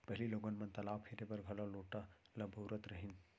पहिली लोगन मन तलाव फिरे बर घलौ लोटा ल बउरत रहिन